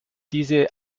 diese